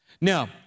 Now